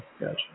gotcha